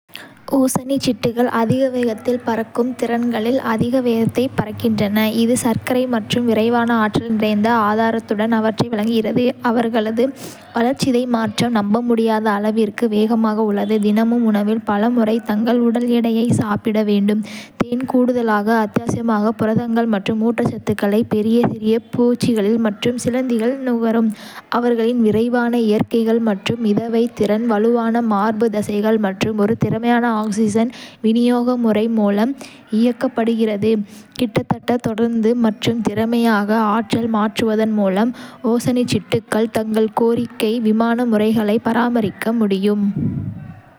ஓசனிச்சிட்டுகள் அதிக வேகத்தில் பறக்கும் திணைக்களத்தில் அதிக வேகத்தை பறக்கின்றன, இது சர்க்கரை மற்றும் விரைவான ஆற்றல் நிறைந்த ஆதாரத்துடன் அவற்றை வழங்குகிறது. அவர்களது வளர்சிதை மாற்றம் நம்பமுடியாத அளவிற்கு வேகமாக உள்ளது, தினமும் உணவில் பல முறை தங்கள் உடல் எடையை சாப்பிட வேண்டும். தேன் கூடுதலாக, அத்தியாவசிய புரதங்கள் மற்றும் ஊட்டச்சத்துக்களை பெற சிறிய பூச்சிகள் மற்றும் சிலந்திகள் நுகரும். அவர்களின் விரைவான இறக்கைகள் மற்றும் மிதவை திறன் வலுவான மார்பு தசைகள் மற்றும் ஒரு திறமையான ஆக்ஸிஜன் விநியோக முறை மூலம் இயக்கப்படுகிறது. கிட்டத்தட்ட தொடர்ந்து மற்றும் திறமையாக ஆற்றல் மாற்றுவதன் மூலம், ஓசனிச்சிட்டுகள் தங்கள் கோரிக்கை விமான முறைகளை பராமரிக்க முடியும்.